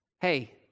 Hey